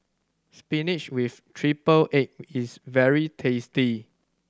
spinach with triple egg is very tasty